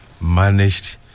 managed